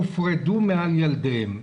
הופרדו מעל ילדיהם.